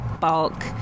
bulk